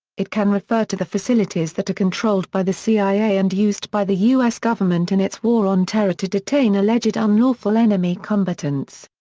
it can refer to the facilities that are controlled by the cia and used by the u s. government in its war on terror to detain alleged unlawful enemy combatants.